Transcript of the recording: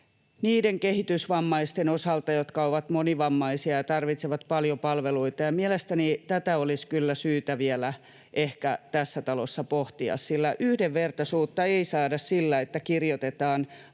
niiden kehitysvammaisten osalta, jotka ovat monivammaisia ja tarvitsevat paljon palveluita, ja mielestäni tätä olisi kyllä syytä vielä ehkä tässä talossa pohtia, sillä yhdenvertaisuutta ei saada sillä, että kirjoitetaan lain